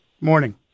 Morning